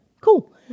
cool